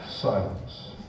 silence